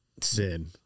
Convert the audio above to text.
sin